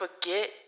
forget